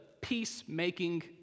peacemaking